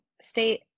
state